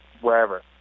wherever